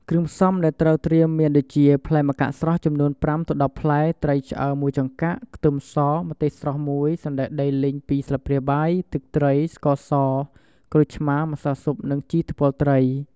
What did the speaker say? គ្រឿងផ្សំដែលត្រូវត្រៀមមានដូចជាផ្លែម្កាក់ស្រស់ ចំនួន ៥ ទៅ ១០ ផ្លែ ត្រីឆ្អើរ ១ ចង្កាក់ ខ្ទឹមស ម្ទេសស្រស់ ១ សណ្ដែកដីលីង ២ ស្លាបព្រាបាយ ទឹកត្រី ស្ករស ក្រូចឆ្មារ ម្សៅស៊ុប និង ជីថ្ពាល់ត្រី។